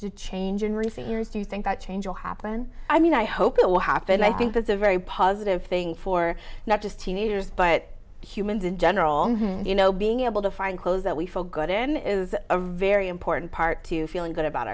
to change in recent years do you think that change will happen i mean i hope it will happen i think that's a very positive thing for not just teenagers but humans in general and you know being able to find clothes that we feel good in is a very important part to feeling good about